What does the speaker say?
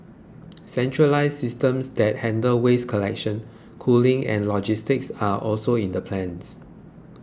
centralised systems that handle waste collection cooling and logistics are also in the plans